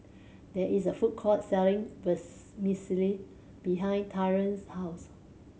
there is a food court selling behind Tylor's house